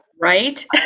right